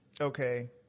Okay